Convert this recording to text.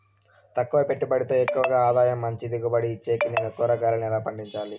తక్కువ పెట్టుబడితో ఎక్కువగా ఆదాయం మంచి దిగుబడి ఇచ్చేకి నేను కూరగాయలను ఎలా పండించాలి?